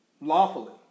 Lawfully